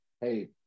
hey